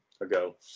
ago